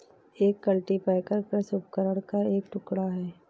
एक कल्टीपैकर कृषि उपकरण का एक टुकड़ा है